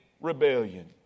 rebellion